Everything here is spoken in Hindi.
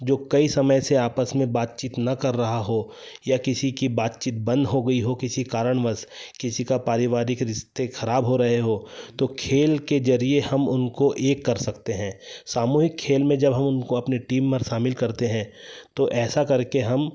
जो कई समय से आपस में बातचीत न कर रहा हो या किसी की बातचीत बंद हो गई हो किसी कारणवश किसी का पारिवारिक रिश्ते खराब हो रहे हो तो खेल के जरिए हम उनको एक कर सकते हैं सामूहिक खेल में जब हम उनको अपनी टीम में शामिल करते हैं तो ऐसा करके हम